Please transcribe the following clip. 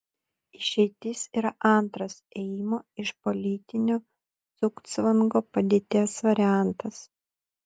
išeitis yra antras ėjimo iš politinio cugcvango padėties variantas